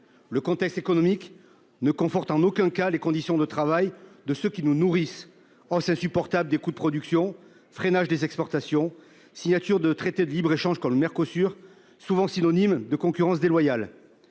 Le contexte économique ne conforte en aucun cas, les conditions de travail de ce qui nous nourrissent hausse insupportable des coûts de production freinage des exportations signature de traités de libre-échange quand le Mercosur souvent synonyme de concurrence déloyale.